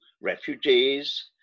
refugees